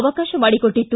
ಅವಕಾಶ ಮಾಡಿಕೊಟ್ಟಿತ್ತು